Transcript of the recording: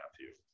Matthew